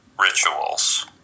rituals